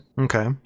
Okay